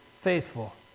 faithful